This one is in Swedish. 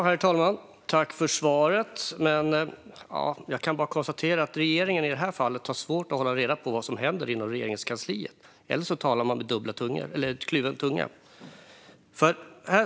Herr talman! Jag tackar för svaret. Jag kan dock konstatera att regeringen i det här fallet har svårt att hålla reda på vad som händer inom Regeringskansliet - eller också talar man med kluven tunga.